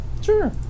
Sure